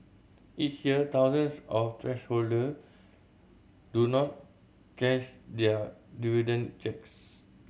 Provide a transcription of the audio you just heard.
each year thousands of shareholder do not cash their dividend cheques